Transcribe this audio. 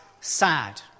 sad